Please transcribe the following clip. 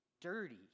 dirty